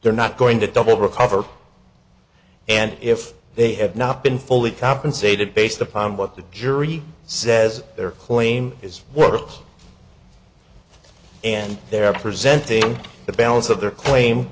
they're not going to double recover and if they have not been fully compensated based upon what the jury says their claim is worth and they're presenting the balance of their claim